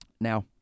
Now